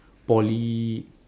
poly